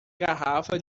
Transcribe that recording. garrafa